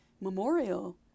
memorial